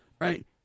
Right